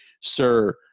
Sir